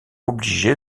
obligée